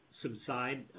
subside